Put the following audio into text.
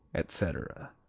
etc.